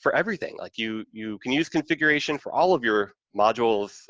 for everything, like you you can use configuration for all of your modules,